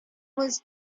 was